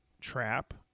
trap